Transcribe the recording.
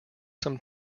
some